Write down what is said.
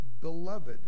beloved